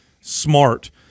smart